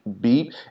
beep